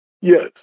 Yes